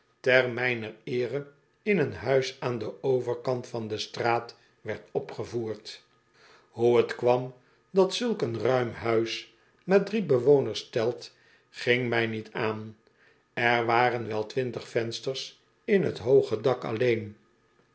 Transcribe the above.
ter mijner eere in een huis aan den overkant van de straat werd opgevoerd hoe t kwam dat zulk een ruim huis maar drie bewoners telt ging mij niet aan er waren wel twintig vensters in t hooge dak alleen